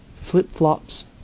flip-flops